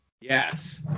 Yes